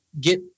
Get